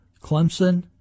Clemson